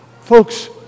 Folks